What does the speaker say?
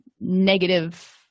negative